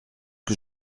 que